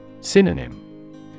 Synonym